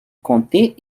comté